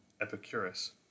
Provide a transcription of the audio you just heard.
Epicurus